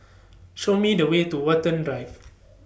Show Me The Way to Watten Drive